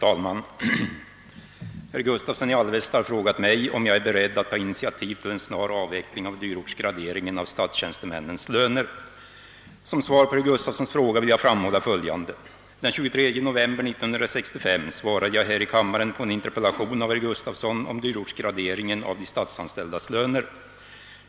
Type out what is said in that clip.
Herr Gustavsson i Alvesta har frågat mig om jag är beredd att ta initiativ till en snar avveckling av dyrortsgraderingen av statstjänstemännens löner. Som svar på herr Gustavssons fråga vill jag framhålla följande. Den 23 november 1965 svarade jag här i kammaren på en interpellation av herr Gustavsson om dyrortsgraderingen av de statsanställdas löner.